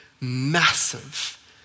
massive